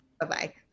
Bye-bye